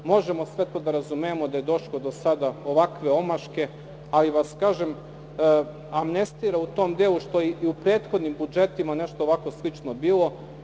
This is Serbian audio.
Možemo sve to da razumemo, da je došlo sada do ovakve omaške, ali vas, kažem, amnestira u tom delu što je i u prethodnim budžetima nešto ovako slično bilo.